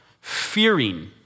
fearing